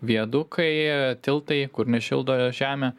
viadukai tiltai kur nešildo žemę